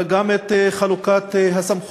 אלא גם את חלוקת הסמכויות.